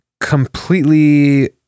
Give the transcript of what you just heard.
completely